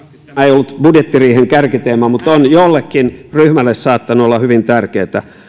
ollut budjettiriihen kärkiteema mutta on jollekin ryhmälle saattanut olla hyvin tärkeätä